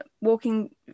Walking